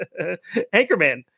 anchorman